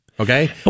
Okay